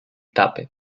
tapa